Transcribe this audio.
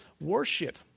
worship